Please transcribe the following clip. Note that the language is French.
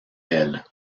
elle